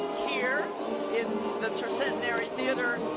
here in the tercentenary theatre,